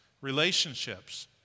relationships